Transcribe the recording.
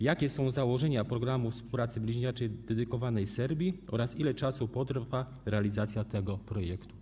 Jakie są założenia programu współpracy bliźniaczej dedykowanej Serbii oraz ile czasu potrwa realizacja tego projektu?